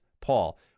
Paul